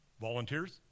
Volunteers